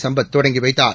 சும்பத் தொடங்கி வைத்தார்